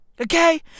Okay